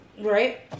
Right